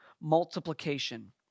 multiplication